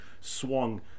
swung